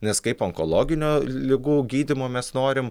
nes kaip onkologinių ligų gydymo mes norim